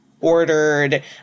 ordered